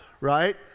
right